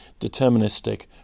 deterministic